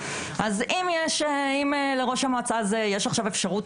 אז אם לראש המועצה הזה יש עכשיו אפשרות